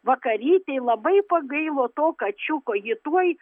vakarytei labai pagailo to kačiuko ji tuoj